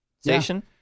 station